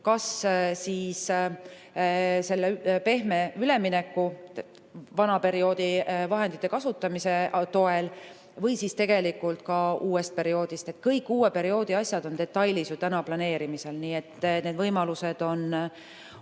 kas pehme ülemineku, vana perioodi vahendite kasutamise toel või tegelikult ka uuel perioodil. Kõik uue perioodi asjad on detailides ju planeerimisel, nii et need võimalused on